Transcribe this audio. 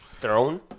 throne